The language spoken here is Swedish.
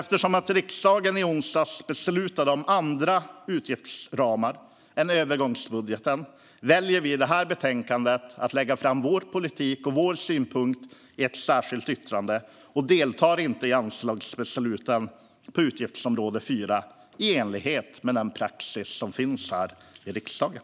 Eftersom riksdagen i onsdags beslutade om andra utgiftsramar än övergångsbudgetens väljer vi socialdemokrater att i betänkandet lägga fram vår politik och vår synpunkt i ett särskilt yttrande och deltar inte i anslagsbesluten på utgiftsområde 4, i enlighet med den praxis som finns här i riksdagen.